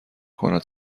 کند